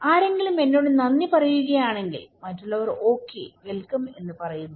ആരെങ്കിലും എന്നോട് നന്ദി പറയുകയാണെങ്കിൽ മറ്റുള്ളവർ ഓക്കേ വെൽകം എന്ന് പറയുന്നു